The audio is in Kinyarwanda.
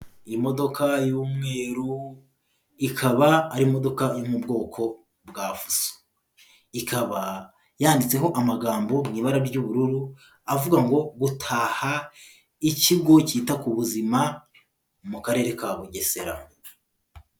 Imodoka y'umweru, ikaba ari imodoka yo mu bwoko bwa fuso. Ikaba yanditseho amagambo mu ibara ry'ubururu avuga ngo gutaha ikigo cyita ku buzima mu Karere ka Bugesera.